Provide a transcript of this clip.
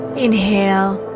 inhale,